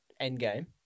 Endgame